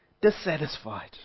dissatisfied